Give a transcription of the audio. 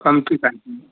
कम्ती